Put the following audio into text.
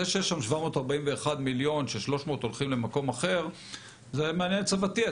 זה שיש שם 741 מיליון כש-300 הולכים למקום אחר זה מעניין את סבתי.